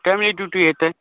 timely duty हेतैक